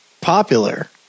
popular